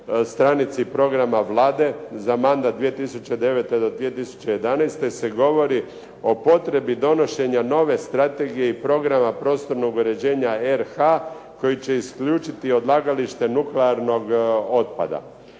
stranici programa Vlade za mandat 2009. do 2011. se govori o potrebi donošenja nove strategije i programa prostornog uređenja RH koji će isključiti odlagalište nuklearnog otpada.